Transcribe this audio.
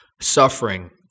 suffering